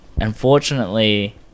Unfortunately